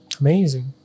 Amazing